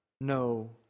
no